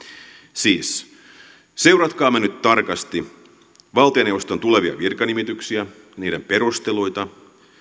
siis seuratkaamme nyt tarkasti valtioneuvoston tulevia virkanimityksiä niiden perusteluita